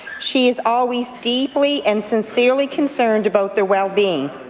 she is always deeply and sincerely concerned about their well-being.